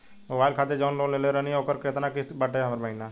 Mobile खातिर जाऊन loan लेले रहनी ह ओकर केतना किश्त बाटे हर महिना?